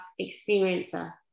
experiencer